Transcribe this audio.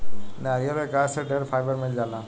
नारियल के गाछ से ढेरे फाइबर मिल जाला